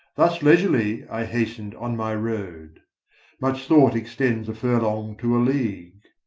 thus leisurely i hastened on my road much thought extends a furlong to a league.